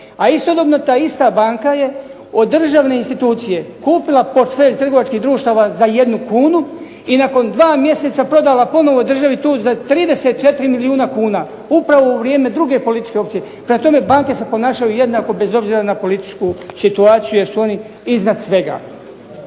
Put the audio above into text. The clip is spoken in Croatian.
A istodobno je ta ista banka od državne institucije kupila portfelj trgovačkih društava za 1 kunu i nakon dva mjeseca prodala državi ponovno za 34 milijuna kuna. Upravo u vrijeme druge političke opcije. Prema tome, banke se ponašaju jednako bez obzira na politiku situaciju, jer su oni iznad svega.